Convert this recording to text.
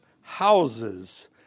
houses